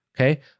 okay